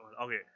Okay